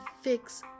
fix